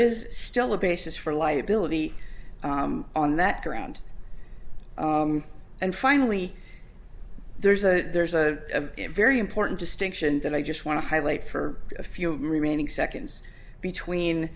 is still a basis for liability on that ground and finally there's a there's a very important distinction that i just want to highlight for a few remaining seconds between